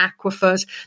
aquifers